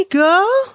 girl